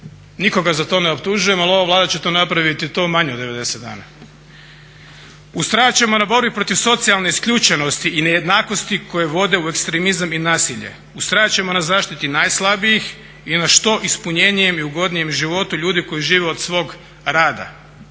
Nikoga za to ne optužujem ali ova Vlada će to napraviti to manje od 90 dana. Ustrajat ćemo na borbi protiv socijalne isključenosti i nejednakosti koje vode u ekstremizam i nasilje. Ustrajat ćemo na zaštiti najslabijih i na što ispunjenijem i ugodnijem životu ljudi koji žive od svog rada.